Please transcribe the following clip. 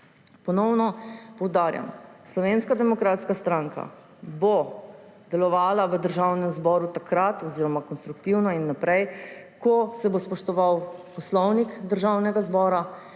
Ponovno poudarjam, Slovenska demokratska stranka bo delovala v Državnem zboru konstruktivno in naprej, ko se bo spoštoval Poslovnik Državnega zbora,